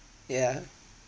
yeah